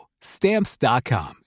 Stamps.com